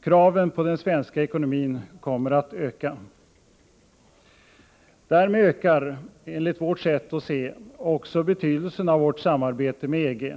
Kraven på den svenska ekonomin kommer att öka. Därmed ökar, enligt vårt sätt att se, också betydelsen av vårt samarbete med EG.